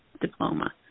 diploma